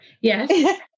Yes